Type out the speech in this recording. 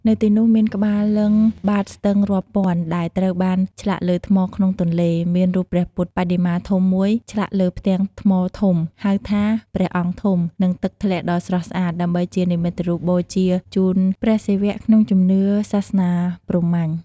នៅទីនោះ មាន ក្បាលលិង្គបាតស្ទឹងរាប់ពាន់ ដែលត្រូវបានឆ្លាក់លើថ្មក្នុងទន្លេ មានរូបព្រះពុទ្ធបដិមាធំមួយឆ្លាក់លើផ្ទាំងថ្មធំ ហៅថាព្រះអង្គធំ និងទឹកធ្លាក់ដ៏ស្រស់ស្អាត ដើម្បីជានិមិត្តរូបបូជាជូនព្រះសិវៈ ក្នុងជំនឿសាសនាព្រហ្មញ្ញ ។